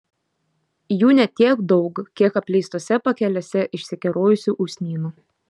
jų ne tiek daug kiek apleistose pakelėse išsikerojusių usnynų